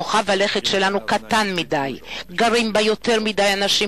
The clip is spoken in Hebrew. כוכב הלכת שלנו קטן מדי וגרים בו יותר מדי אנשים